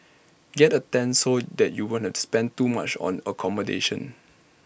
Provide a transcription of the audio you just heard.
get A tent so that you won't spend too much on accommodation